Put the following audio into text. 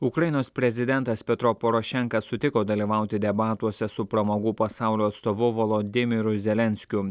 ukrainos prezidentas petro porošenka sutiko dalyvauti debatuose su pramogų pasaulio atstovu volodimiru zelenskiu